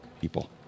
people